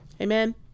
Amen